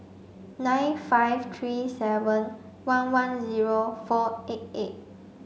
nine five three seven one one zero four eight eight